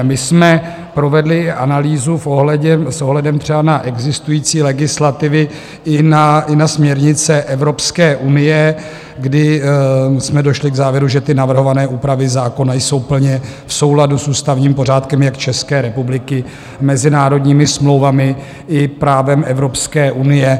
My jsme provedli analýzu s ohledem třeba na existující legislativy i na směrnice Evropské unie, kdy jsme došli k závěru, že navrhované úpravy zákona jsou plně v souladu s ústavním pořádkem jak České republiky, mezinárodními smlouvami i právem Evropské unie.